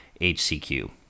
HCQ